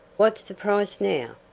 what's the price now?